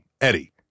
Eddie